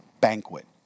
banquet